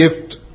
gift